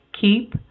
keep